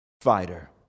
fighter